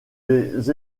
des